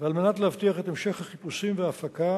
ועל מנת להבטיח את המשך החיפושים וההפקה,